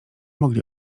mogli